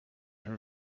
her